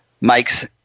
makes